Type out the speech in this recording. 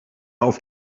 auf